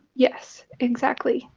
yes, exactly.